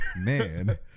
man